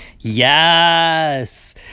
Yes